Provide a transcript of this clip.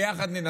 ביחד ננצח.